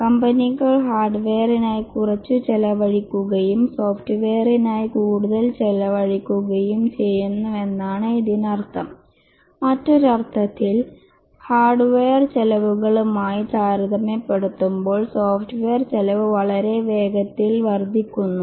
കമ്പനികൾ ഹാർഡ്വെയറിനായി കുറച്ചു ചെലവഴിക്കുകയും സോഫ്റ്റ്വെയറിനായി കൂടുതൽ ചെലവഴിക്കുകയും ചെയ്യുന്നുവെന്നതാണ് ഇതിനർത്ഥം മറ്റൊരർത്ഥത്തിൽ ഹാർഡ്വെയർ ചെലവുകളുമായി താരതമ്യപ്പെടുത്തുമ്പോൾ സോഫ്റ്റ്വെയർ ചെലവ് വളരെ വേഗത്തിൽ വർദ്ധിക്കുന്നു